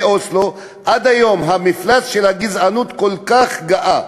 אוסלו עד היום המפלס של הגזענות כל כך גאה,